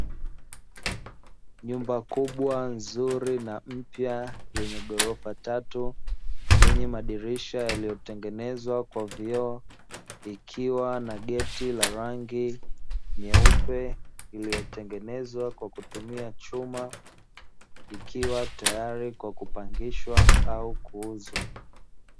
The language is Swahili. Nyumba kubwa, nzuri na mpya yenye ghorofa tatu, yenye madirisha yaliyotengenezwa kwa vioo, ikiwa na geti la rangi nyeupe iliyotengenezwa kwa kutumia chuma, ikiwa tayari kwa kupangishwa au kuuzwa.